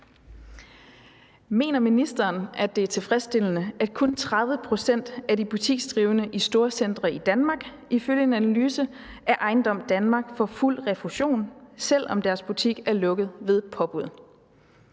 Mener ministeren, at det er tilfredsstillende, at kun 30 pct. af de butiksdrivende i storcentre i Danmark ifølge en analyse fra EjendomDanmark får fuld refusion, selv om deres butik er lukket ved påbud?